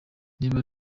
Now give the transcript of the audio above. niba